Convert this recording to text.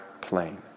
plane